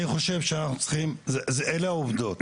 אלה העובדות.